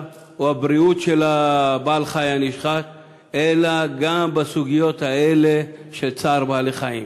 או הבריאות של בעל-החיים הנשחט אלא גם בסוגיות האלה של צער בעלי-חיים,